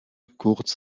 kurz